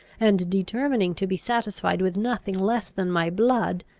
and determining to be satisfied with nothing less than my blood,